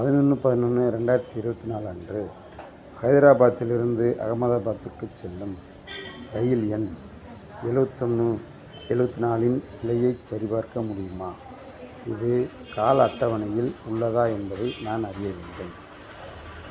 பதினொன்று பதினொன்று ரெண்டாயிரத்தி இருபத்தி நாலு அன்று ஹைதராபாத்திலிருந்து அகமதாபாத்துக்கு செல்லும் இரயில் எண் எழுவத்தொன்னு எழுவத்தி நாலின் நிலையைச் சரிபார்க்க முடியுமா இது கால அட்டவணையில் உள்ளதா என்பதை நான் அறிய வேண்டும்